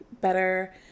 better